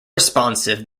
responsive